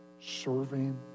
serving